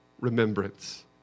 remembrance